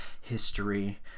history